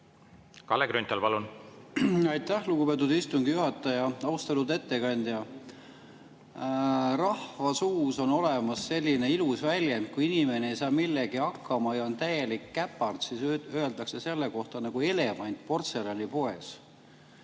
Kalle Grünthal, palun! Aitäh, lugupeetud istungi juhataja! Austatud ettekandja! Rahvasuus on olemas üks ilus väljend. Kui inimene ei saa millegagi hakkama ja on täielik käpard, siis öeldakse selle kohta: nagu elevant portselanipoes.